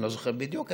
אני לא זוכר בדיוק,